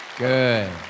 Good